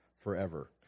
forever